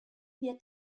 wird